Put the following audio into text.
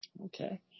Okay